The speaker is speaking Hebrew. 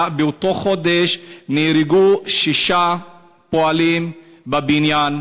באותו חודש נהרגו שבעה פועלים בבניין,